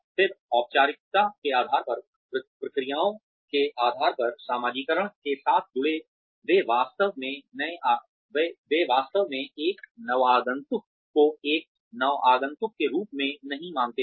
फिर औपचारिकता के आधार पर प्रक्रियाओं के आधार पर समाजीकरण के साथ जुड़े वे वास्तव में एक नवागंतुक को एक नवागंतुक के रूप में नहीं मानते हैं